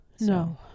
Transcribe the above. No